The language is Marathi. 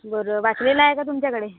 बरं वाटलेला आहे का तुमच्याकडे